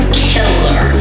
killer